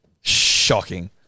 Shocking